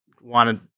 wanted